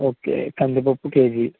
okay కందిపప్పు KG